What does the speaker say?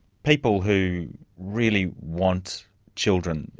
people who really want children,